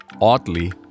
oddly